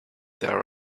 there